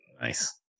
Nice